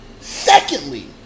Secondly